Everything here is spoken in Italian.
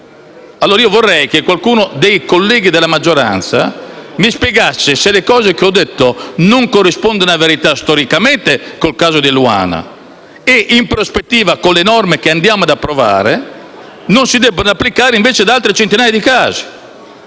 a morire. Vorrei che qualcuno dei colleghi della maggioranza mi spiegasse se ciò che ho detto non corrisponde a verità storicamente, con il caso di Eluana, e se, in prospettiva, le norme che andiamo ad approvare non si debbano applicare invece a centinaia di casi.